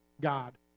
God